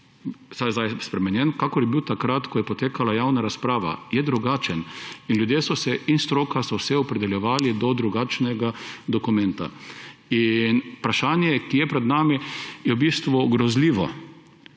zdaj spremenjen, kakor je bil takrat, ko je potekala javna razprava. Je drugačen. In ljudje in stroka so se opredeljevali do drugačnega dokumenta. Vprašanje, ki je pred nami, je v bistvu grozljivo: